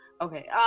Okay